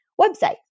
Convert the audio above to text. website